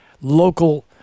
local